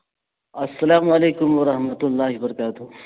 السّلام علیکم و رحمتہ اللہ وبرکاتہ